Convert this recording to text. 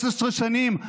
16 שנים.